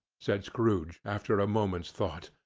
said scrooge, after a moment's thought,